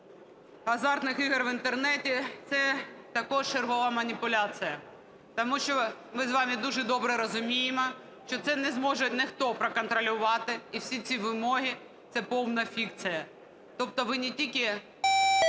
азартних ігор в Інтернеті – це також чергова маніпуляція. Тому що ми з вами дуже добре розуміємо, що це не зможе ніхто проконтролювати. І всі ці вимоги – це повна фікція. Тобто ви не тільки